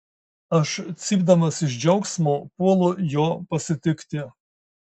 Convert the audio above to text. aš cypdamas iš džiaugsmo puolu jo pasitikti